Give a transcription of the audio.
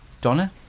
Donna